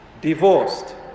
divorced